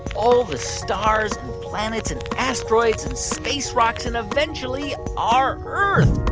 all the stars, planets and asteroids and space rocks and, eventually, our earth